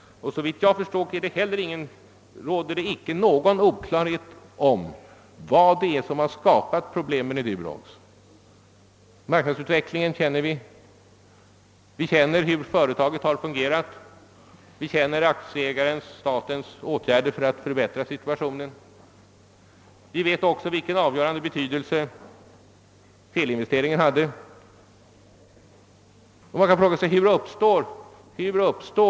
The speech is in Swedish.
Såvitt jag förstår råder det icke någon oklarhet om vad som skapat problemen i Durox. Marknadsutvecklingen känner vi. Vi känner till hur företaget har fungerat, vi känner till aktieägarenstatens åtgärder för att förbättra situationen. Vi vet också vilken avgörande betydelse felinvesteringar haft.